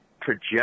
project